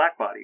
Blackbody